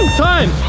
time!